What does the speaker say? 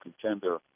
contender